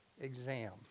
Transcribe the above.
exam